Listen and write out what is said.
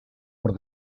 por